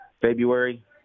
February